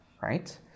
right